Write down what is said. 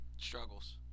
struggles